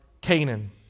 Canaan